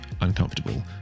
uncomfortable